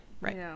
Right